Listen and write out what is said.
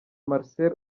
marcel